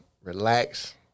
relax